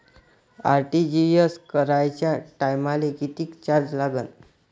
RTGS कराच्या टायमाले किती चार्ज लागन?